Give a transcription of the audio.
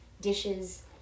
dishes